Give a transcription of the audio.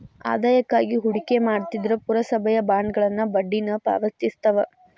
ಆದಾಯಕ್ಕಾಗಿ ಹೂಡಿಕೆ ಮಾಡ್ತಿದ್ರ ಪುರಸಭೆಯ ಬಾಂಡ್ಗಳ ಬಡ್ಡಿನ ಪಾವತಿಸ್ತವ